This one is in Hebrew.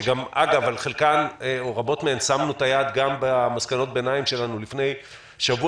שאגב גם על רבות מהן שמנו את היד גם במסקנות הביניים שלנו לפני שבוע,